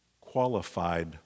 qualified